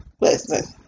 Listen